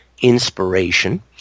inspiration